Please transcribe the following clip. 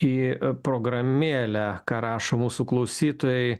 į programėlę ką rašo mūsų klausytojai